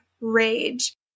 rage